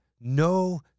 no